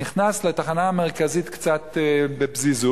נכנס לתחנה המרכזית קצת בפזיזות